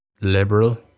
Liberal